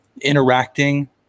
interacting